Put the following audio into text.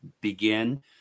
begin